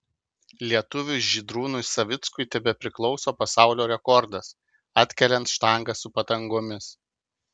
lietuviui žydrūnui savickui tebepriklauso pasaulio rekordas atkeliant štangą su padangomis